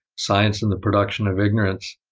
science and the production of ignorance,